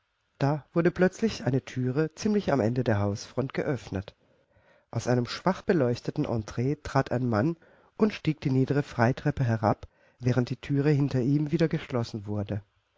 da wurde plötzlich eine thüre ziemlich am ende der hausfront geöffnet aus einem schwach beleuchteten entree trat ein mann und stieg die niedere freitreppe herab während die thüre hinter ihm wieder geschlossen wurde